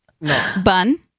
Bun